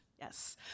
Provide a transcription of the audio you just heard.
Yes